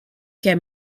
kept